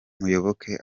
muyoboke